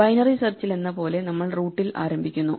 binary സെർച്ചിലെന്നപോലെ നമ്മൾ റൂട്ടിൽ ആരംഭിക്കുന്നു